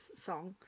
song